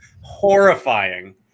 horrifying